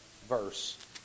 verse